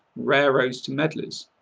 raros to meddlers.